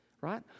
right